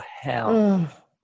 hell